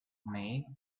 may